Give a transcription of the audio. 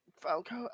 Falco